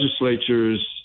legislature's